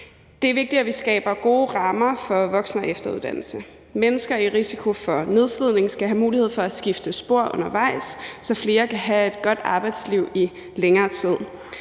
Det er vigtigt, at vi skaber gode rammer for voksen- og efteruddannelse. Mennesker i risiko for nedslidning skal have mulighed for at skifte spor undervejs, så flere kan have et godt arbejdsliv i længere tid.